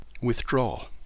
withdrawal